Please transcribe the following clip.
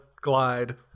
glide